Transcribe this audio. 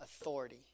authority